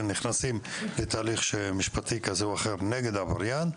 נכנסים להליך משפטי כזה או אחר נגד עבריין,